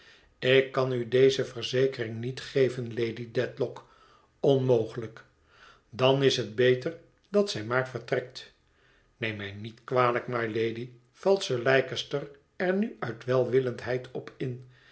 ik kan u deze verzekering niet geven lady dedlock onmogelijk dan is het beter dat zij maar vertrekt neem mij niet kwalijk mylady valt sir leicester er nu uit welwillendheid op in